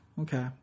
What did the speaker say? Okay